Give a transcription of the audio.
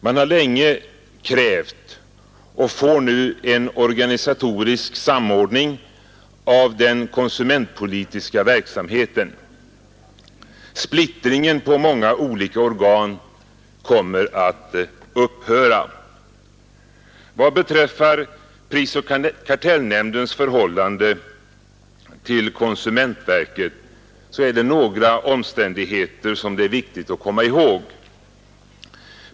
Man har länge krävt och får nu en organisatorisk samordning av den konsumentpolitiska verksamheten. Splittringen på många olika organ kommer att upphöra. Vad beträffar prisoch kartellnämndens förhållande till konsument verket är det några omständigheter som det är viktigt att komma ihåg.